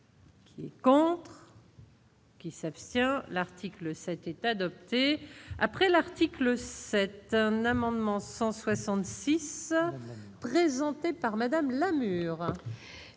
qui est pour. Qui s'abstient, l'article 7 est adoptée après l'article 7 un amendement s'. 166 présenté par Madame La Mure.